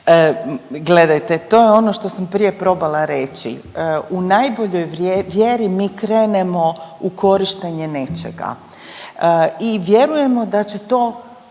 Gledajte to je ono što sam prije probala reći, u najboljoj vjeri mi krenemo u korištenje nečega i vjerujemo da će to